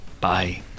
Bye